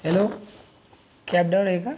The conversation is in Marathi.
हॅलो कॅब डावर आहे का